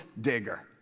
digger